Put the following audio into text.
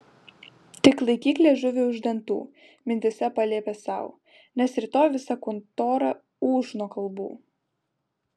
tik laikyk liežuvį už dantų mintyse paliepė sau nes rytoj visa kontora ūš nuo kalbų